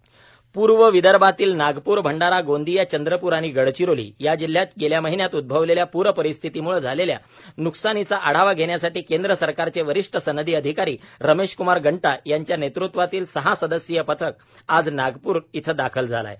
केंद्रीय पथक पूर्व विदर्भातील नागपूर भंडारा गोंदीया चंद्रपूर आणि गडचिरोली या जिल्ह्यात गेल्या महिन्यात उद्भवलेल्या पूरस्थितीमुळे झालेल्या न्कसानीचा आढावा घेण्यासाठी केंद्र सरकारचे वरीष्ठ संनदी अधिकारी रमेश क्मार गंटा यांच्या नेतृत्वातील सहा सदस्यीय पथक आज नागप्र इथं दाखल झालं आहे